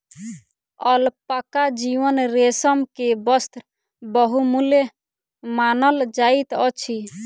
alpaca जीवक रेशम के वस्त्र बहुमूल्य मानल जाइत अछि